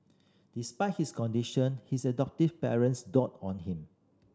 despite his condition his adoptive parents doted on him